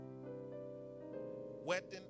Wedding